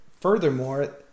furthermore